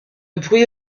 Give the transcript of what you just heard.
bruit